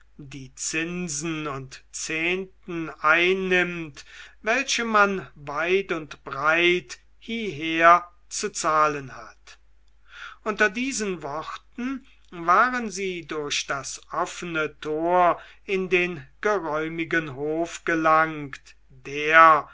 die zinsen und zehnten einnimmt welche man weit und breit hierher zu zahlen hat unter diesen worten waren sie durch das offene tor in den geräumigen hof gelangt der